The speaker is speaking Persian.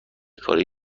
کاری